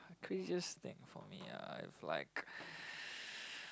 craziest thing for me ah I have like